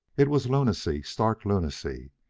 it was lunacy, stark lunacy,